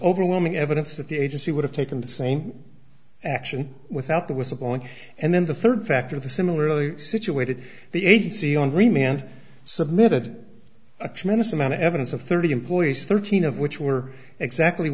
overwhelming evidence that the agency would have taken the same action without that was a point and then the third factor the similarly situated the agency on remand submitted a tremendous amount of evidence of thirty employees thirteen of which were exactly